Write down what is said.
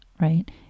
right